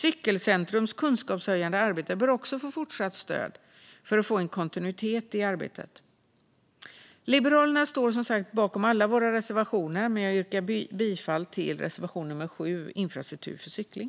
Cykelcentrums kunskapshöjande arbete bör också få fortsatt stöd för att få en kontinuitet i arbetet. Vi i Liberalerna står bakom alla våra reservationer, men jag yrkar bifall till reservation nummer 7 om infrastruktur för cykling.